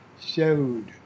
showed